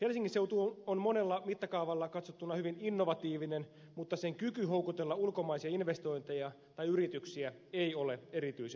helsingin seutu on monella mittakaavalla katsottuna hyvin innovatiivinen mutta sen kyky houkutella ulkomaisia investointeja tai yrityksiä ei ole erityisen hyvä